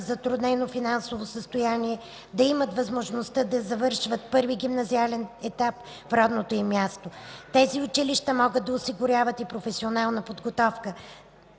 затруднено финансово състояние, да имат възможност да завършат първи гимназиален етап в родното им място. Тези училища могат да осигуряват и професионална подготовка,